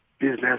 business